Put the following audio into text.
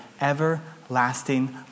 everlasting